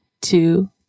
two